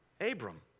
Abram